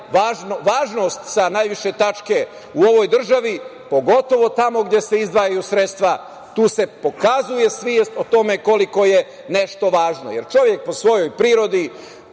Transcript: važnost sa najviše tačke u ovoj državi, pogotovo tamo gde se izdvajaju sredstva tu se pokazuje svest o tome koliko je nešto važno. Čovek po svojoj prirodi